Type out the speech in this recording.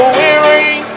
weary